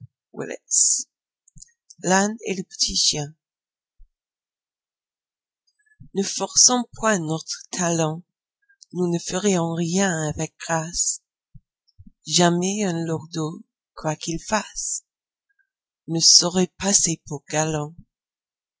ne forçons point notre talent nous ne ferions rien avec grâce jamais un lourdaud quoi qu'il fasse ne saurait passer pour galant